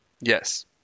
Yes